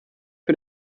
für